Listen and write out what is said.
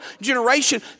generation